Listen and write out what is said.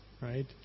right